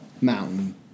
Mountain